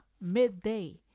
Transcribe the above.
midday